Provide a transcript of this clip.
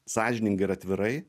sąžiningai ir atvirai